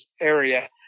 area